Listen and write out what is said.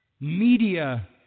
media